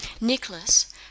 nicholas